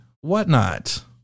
whatnot